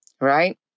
Right